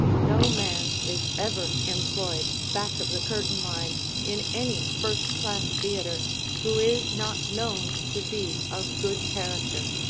no man is ever employed back of the curtain line in any first class theatre who is not known to be of good character.